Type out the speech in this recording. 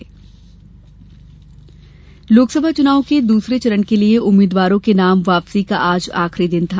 लोकसभा नाम वापसी लोकसभा चुनाव के दूसरे चरण के लिए उम्मीदवारों के नाम वापसी का आज आखिरी दिन था